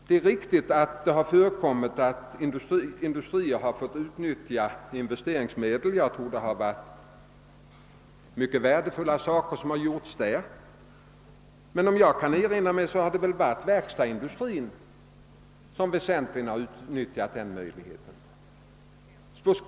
Det är emellertid riktigt att det förekommit att industrier fått utnyttja investeringsmedel. Jag tror att det på den vägen åstadkommits mycket värdefullt, men såvitt jag kan erinra mig har det väsentligen varit verkstadsindustrier som utnyttjat den möjligheten.